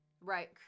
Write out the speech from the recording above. right